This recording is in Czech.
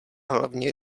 hlavně